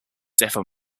severe